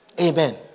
Amen